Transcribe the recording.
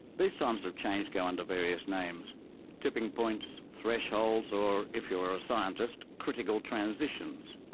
these times of change go under various names tipping points, thresholds, or, if you are a scientist, critical transitions.